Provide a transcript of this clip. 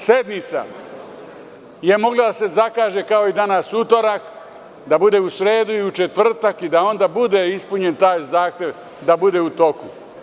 Sednica je mogla da se zakaže kao i danas, u utorak, da bude u sredu i u četvrtak i da onda bude ispunjen taj zahtev da bude u toku.